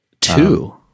Two